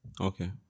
Okay